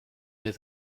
near